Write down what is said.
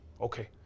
Okay